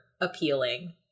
appealing